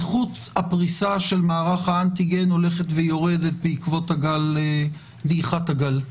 איכות הפריסה של מערך האנטיגן הולכת ויורדת בעקבות דעיכת הגל,